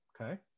Okay